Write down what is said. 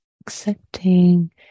accepting